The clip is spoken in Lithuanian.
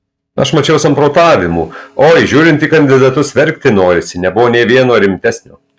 aš mačiau samprotavimų oi žiūrint į kandidatus verkti norisi nebuvo nė vieno rimtesnio